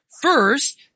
First